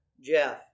Jeff